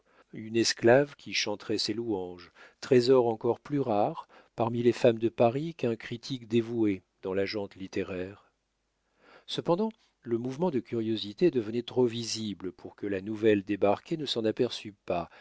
une esclave qui chanterait ses louanges trésor encore plus rare parmi les femmes de paris qu'un critique dévoué dans la gent littéraire cependant le mouvement de curiosité devenait trop visible pour que la nouvelle débarquée ne s'en aperçût pas